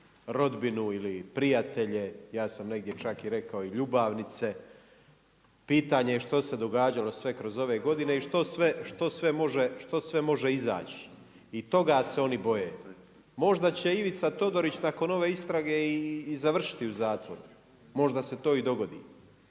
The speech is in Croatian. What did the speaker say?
rodbinu ili prijatelje, ja sam negdje čak i rekao i ljubavnice. Pitanje je što se događalo sve kroz ove godine i što sve može izaći. I toga se oni boje. Možda će Ivica Todorić nakon ove istrage i završiti u zatvoru, možda se to i dogodi.